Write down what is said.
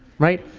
right.